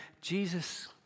Jesus